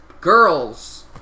girls